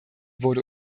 wurde